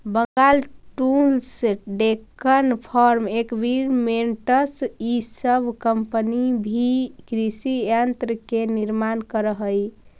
Bengal tools, Deccan farm equipments इ सब company भी कृषि यन्त्र के निर्माण करऽ हई